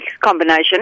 combination